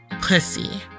pussy